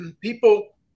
people